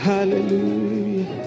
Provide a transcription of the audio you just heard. Hallelujah